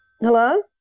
Hello